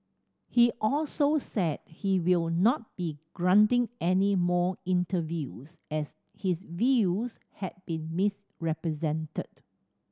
he also said he will not be granting any more interviews as his views had been misrepresented